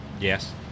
yes